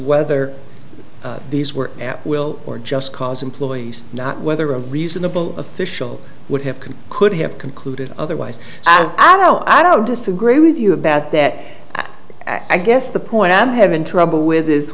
whether these were at will or just cause employees not whether a reasonable official would have could could have concluded otherwise i know i don't disagree with you about that i guess the point i'm having trouble with is